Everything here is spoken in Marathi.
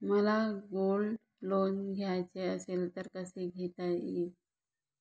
मला गोल्ड लोन घ्यायचे असेल तर कसे घेता येईल?